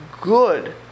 good